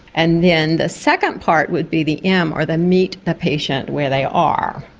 and then the second part would be the m or the meet the patient where they are.